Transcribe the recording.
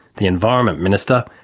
the environment minister,